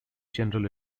general